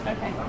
Okay